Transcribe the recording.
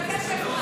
אנחנו בקשב רב.